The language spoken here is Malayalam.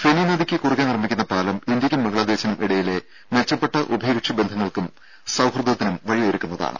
ഫെനി നദിക്ക് കുറുകെ നിർമ്മിക്കുന്ന പാലം ഇന്ത്യക്കും ബംഗ്ലാദേശിനും ഇടയിലെ മെച്ചപ്പെട്ട ഉഭയകക്ഷി ബന്ധങ്ങൾക്കും സൌഹൃദത്തിനും വഴിയൊരുക്കുന്നതാണ്